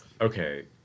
Okay